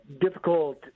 difficult